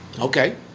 Okay